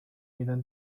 میدن